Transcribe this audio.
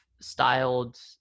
styled